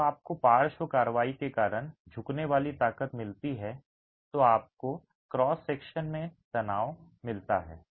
जब आपको पार्श्व कार्रवाई के कारण झुकने वाली ताकत मिलती है तो आपको क्रॉस सेक्शन में तनाव मिलता है